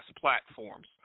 platforms